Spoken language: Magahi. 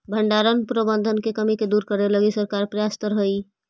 भण्डारण प्रबंधन के कमी के दूर करे लगी सरकार प्रयासतर हइ